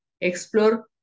Explore